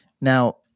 Now